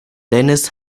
dennis